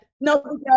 No